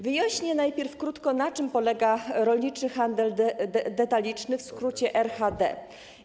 Wyjaśnię najpierw krótko, na czym polega rolniczy handel detaliczny, w skrócie RHD.